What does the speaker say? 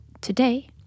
today